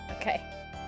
Okay